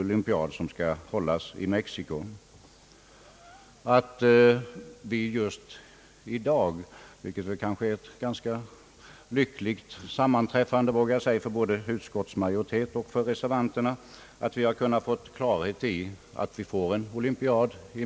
Att vi just i dag har kunnat få klarhet i att vi får en olympiad i Mexico är kanske ett ganska lyckligt sammanträffande, vågar jag säga, för både utskottsmajoritet och reservanter.